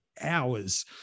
hours